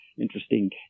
interesting